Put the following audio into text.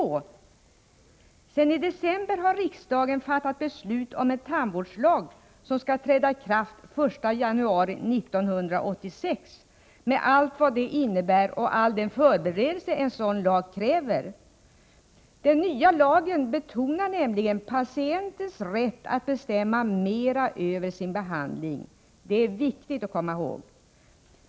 Sedan december 1984 har riksdagen fattat beslut om en tandvårdslag som skall träda i kraft i januari 1986 med allt vad det innebär och med all den förberedelse en sådan lag kräver. Den nya lagen betonar nämligen patientens rätt att bestämma mera över sin behandling. Det är viktigt att komma ihåg.